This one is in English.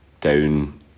down